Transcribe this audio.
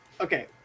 Okay